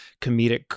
comedic